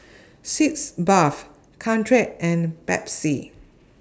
Sitz Bath Caltrate and Pansy